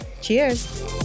Cheers